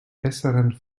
besseren